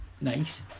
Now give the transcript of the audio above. nice